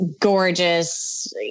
gorgeous